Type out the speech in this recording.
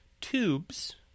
tubes